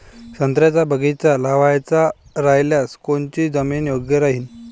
संत्र्याचा बगीचा लावायचा रायल्यास कोनची जमीन योग्य राहीन?